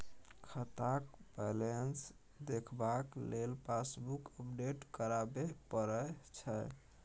खाताक बैलेंस देखबाक लेल पासबुक अपडेट कराबे परय छै